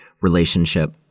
relationship